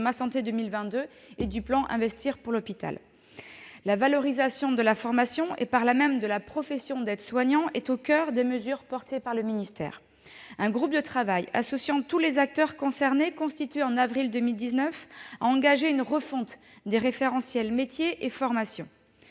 Ma santé 2022 et Investir pour l'hôpital. La valorisation de la formation et, par là même, de la profession d'aide-soignant est au coeur des mesures portées par le ministère. Un groupe de travail associant tous les acteurs concernés s'est constitué en avril 2019. Il a engagé une refonte des référentiels métier et formation,